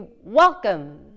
welcome